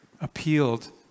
appealed